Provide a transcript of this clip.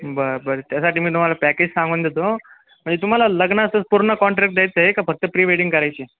बर बर त्यासाठी मी तुम्हाला पॅकेज सांगून देतो म्हणजे तुम्हाला लग्नाचं पूर्ण कॉन्ट्रॅक्ट द्यायचं आहे का फक्त प्री वेडिंग करायची